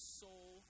soul